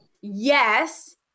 Yes